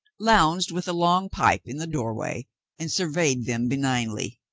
lounged with a long pipe in the doorway and surveyed them benignly.